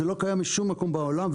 זה לא קיים בשום מקום בעולם.